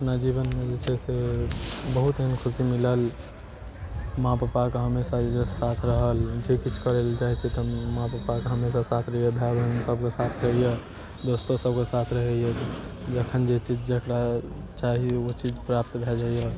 अपना जीवनमे जे छै से बहुत एहन खुशी मिलल माँ पप्पाके हमेशा जे साथ रहल जे किछु करय लए चाहै छियै तऽ माँ पप्पाके हमेशा साथ रहैये भाय बहिन सबके साथ रहैये दोस्तो सबके साथ रहैये जखन जे चीज जकरा चाही ओ चीज प्राप्त भए जाइए